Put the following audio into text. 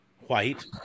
white